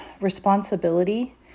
responsibility